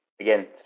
again